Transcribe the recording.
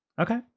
Okay